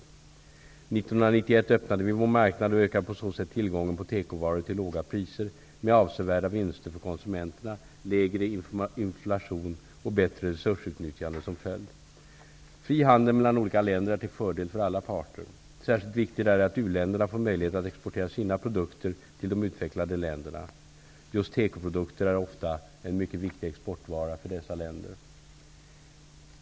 1991 öppnade vi vår marknad och ökade på så sätt tillgången på tekovaror till låga priser, med avsevärda vinster för konsumenterna, lägre inflation och ett bättre resursutnyttjande som följd. Fri handel mellan olika länder är till fördel för alla parter. Särskilt viktigt är det att u-länderna får möjlighet att exportera sina produkter till de utvecklade länderna. Just tekoprodukter är ofta en mycket viktig exportvara för dessa länder.